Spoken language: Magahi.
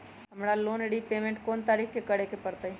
हमरा लोन रीपेमेंट कोन तारीख के करे के परतई?